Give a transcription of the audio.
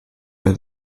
were